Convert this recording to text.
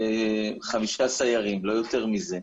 חמישה סיירים, לא יותר מזה,